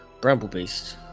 Bramblebeast